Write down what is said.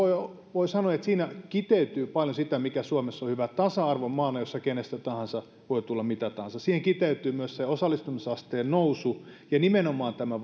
voi sanoa että siinä kiteytyy paljon sitä mikä suomessa on hyvää tasa arvon maana jossa kenestä tahansa voi tulla mitä tahansa siihen kiteytyy myös se osallistumisasteen nousu ja nimenomaan tämä